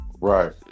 Right